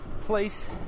place